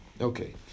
Okay